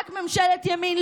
רק ממשלת ימין.